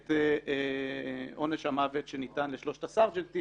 את עונש המוות שניתן לשלושת הסרג'נטים